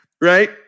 right